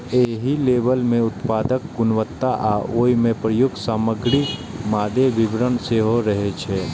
एहि लेबल मे उत्पादक गुणवत्ता आ ओइ मे प्रयुक्त सामग्रीक मादे विवरण सेहो रहै छै